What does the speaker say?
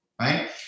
right